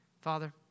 Father